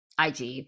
IG